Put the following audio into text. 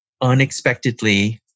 unexpectedly